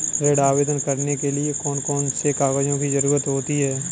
ऋण आवेदन करने के लिए कौन कौन से कागजों की जरूरत होती है?